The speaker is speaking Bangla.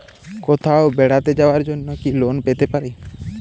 কোথাও বেড়াতে যাওয়ার জন্য কি লোন পেতে পারি?